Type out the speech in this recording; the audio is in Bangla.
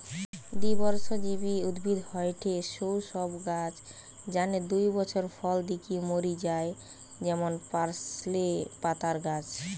দ্বিবর্ষজীবী উদ্ভিদ হয়ঠে সৌ সব গাছ যানে দুই বছর ফল দিকি মরি যায় যেমন পার্সলে পাতার গাছ